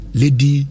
lady